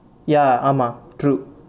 ya ஆமா:aama true